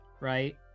right